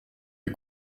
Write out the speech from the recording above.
est